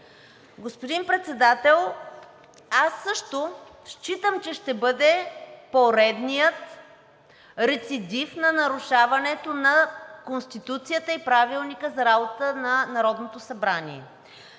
господин Председател, аз също считам, че ще бъде поредният рецидив на нарушаването на Конституцията и Правилника за работата на Народното събрание.